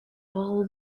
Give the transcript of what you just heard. ball